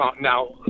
now